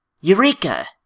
Eureka